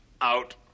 Out